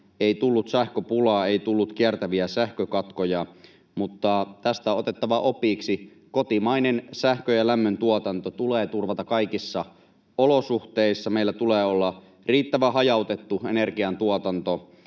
Ei tullut sähköpulaa, ei tullut kiertäviä sähkökatkoja, mutta tästä on otettava opiksi. Kotimainen sähkön‑ ja lämmöntuotanto tulee turvata kaikissa olosuhteissa. Meillä tulee olla riittävän hajautettu energiantuotanto,